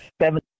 seven